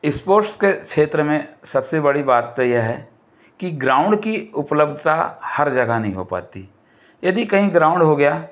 sports के क्षेत्र में सबसे बड़ी बात तो यह है कि ग्राउंड की उपलब्धता हर जगह नहीं हो पाती यदि कहीं ग्राउंड हो गया